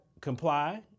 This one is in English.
comply